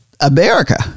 America